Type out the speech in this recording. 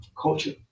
Culture